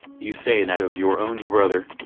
you say that of your own brother?